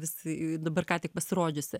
visi dabar ką tik pasirodžiusi